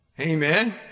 Amen